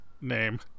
name